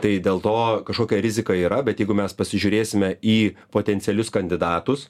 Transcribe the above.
tai dėl to kažkokia rizika yra bet jeigu mes pasižiūrėsime į potencialius kandidatus